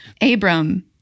abram